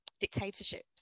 dictatorships